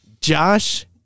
Josh